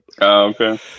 okay